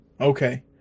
okay